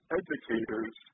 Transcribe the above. educators